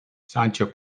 sancho